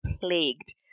plagued